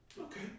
okay